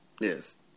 Yes